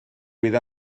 fydd